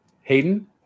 Hayden